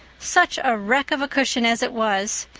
such a wreck of a cushion as it was!